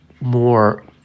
more